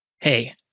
Hey